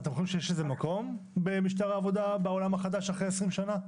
אתם חושבים שיש לזה מקום במשטר העבודה בעולם החדש אחרי 20 שנים?